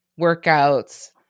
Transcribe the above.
workouts